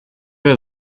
her